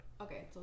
Okay